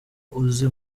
uzi